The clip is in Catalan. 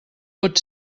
pot